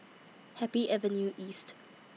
Happy Avenue East